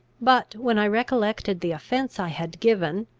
but, when i recollected the offence i had given,